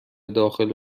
داخل